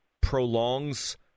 prolongs